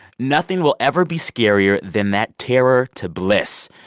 nothing will ever be scarier than that terror to bliss.